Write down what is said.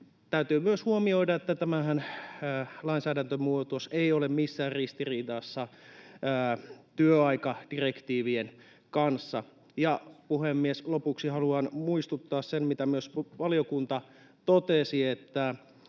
Täytyy myös huomioida, että tämä lainsäädäntömuutoshan ei ole missään ristiriidassa työaikadirektiivien kanssa. Ja, puhemies, lopuksi haluan muistuttaa siitä, mitä myös valiokunta totesi, että